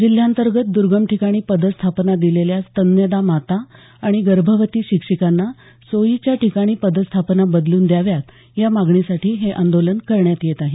जिल्ह्यांतर्गत दर्गम ठिकाणी पदस्थापना दिलेल्या स्तन्यदा माता आणि गर्भवती शिक्षिकांना सोयीच्या ठिकाणी पदस्थापना बदलून द्याव्या या मागणीसाठी हे आंदोलन करण्यात येत आहे